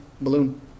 balloon